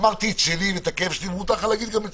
אמרתי את שלי ומותר גם לך להגיד את שלך,